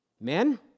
Men